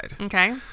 Okay